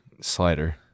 slider